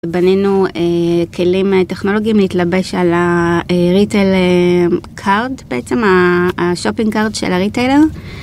בנינו כלים טכנולוגיים להתלבש על הריטייל קארד, בעצם השופינג קארד של הריטיילר.